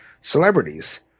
celebrities